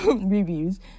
reviews